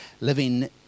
living